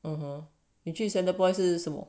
(uh huh) 你去 centerpoint 是什么